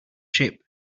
ship